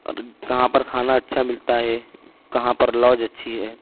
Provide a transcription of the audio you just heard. اور کہاں پر کھانا اچھا ملتا ہے کہاں پر لاج اچھی ہے